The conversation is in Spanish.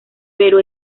pero